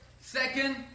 second